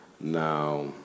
Now